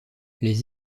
les